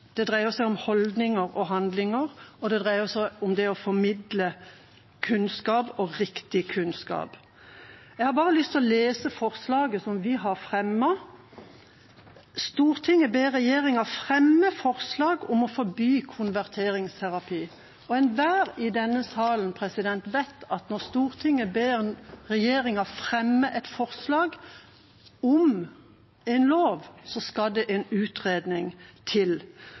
Det dreier seg om holdninger og handlinger, og det dreier seg om det å formidle kunnskap – og riktig kunnskap. Jeg har lyst til å lese forslaget som vi har fremmet: «Stortinget ber regjeringen fremme forslag om å forby konverteringsterapi.» Enhver i denne salen vet at når Stortinget ber regjeringa fremme et forslag om en lov, skal det en utredning til.